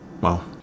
Wow